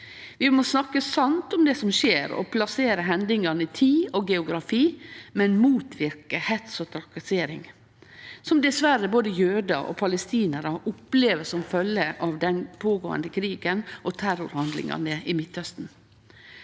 Vi må snakke sant om det som skjer, og plassere hendingane i tid og geografi, men motverke hets og trakassering, som dessverre både jødar og palestinarar opplever som følgje av den pågåande krigen og terrorhandlingane i Midtausten.